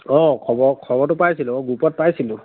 অঁ খবৰ খবৰটো পাইছিলোঁ অঁ গ্ৰুপত পাইছিলোঁ